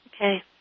okay